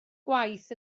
gwaith